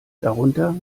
darunter